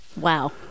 Wow